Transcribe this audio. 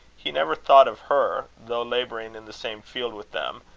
he never thought of her, though labouring in the same field with them,